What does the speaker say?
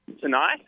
tonight